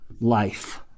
life